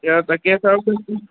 এ তাকে ছাৰক কৈছো